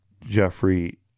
Jeffrey